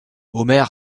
omer